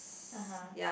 (uh huh)